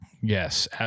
Yes